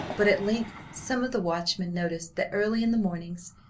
but at length some of the watchmen noticed that early in the mornings,